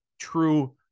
true